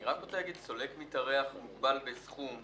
אני רוצה לומר שסולק מתארח מוגבל בסכום,